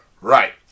Right